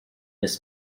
his